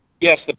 Yes